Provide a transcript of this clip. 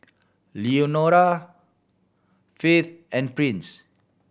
Lenora Faith and Prince